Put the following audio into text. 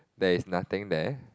there is nothing there